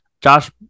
Josh